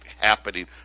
happening